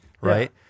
right